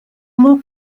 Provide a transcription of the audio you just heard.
more